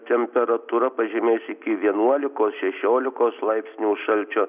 temperatūra pažemės iki vienuolikos šešiolikos laipsnių šalčio